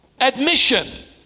Admission